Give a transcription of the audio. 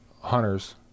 hunters